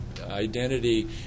identity